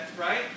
right